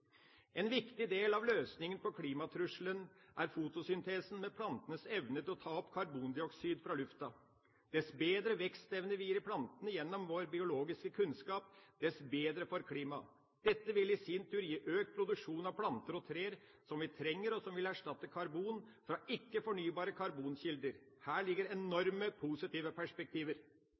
En viktig del av løsningen på klimatrusselen er fotosyntesen med plantenes evne til å ta opp karbondioksid fra lufta. Dess bedre vekstevne vi gir plantene gjennom vår biologiske kunnskap, dess bedre for klima. Dette vil i sin tur gi økt produksjon av planter og trær som vi trenger, og som vil erstatte karbon fra ikke-fornybare karbonkilder. Her ligger enormt positive perspektiver.